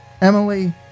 Emily